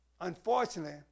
Unfortunately